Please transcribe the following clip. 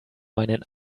meinen